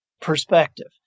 perspective